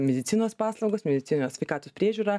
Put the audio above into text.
medicinos paslaugas medicinos sveikatos priežiūrą